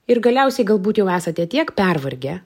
ir galiausiai galbūt jau esate tiek pervargę